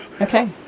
Okay